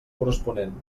corresponent